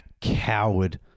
coward